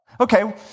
okay